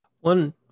One